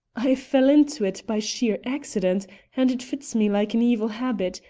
i fell into it by sheer accident, and it fits me like an evil habit,